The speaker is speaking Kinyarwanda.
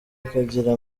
akagira